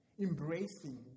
embracing